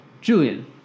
Julian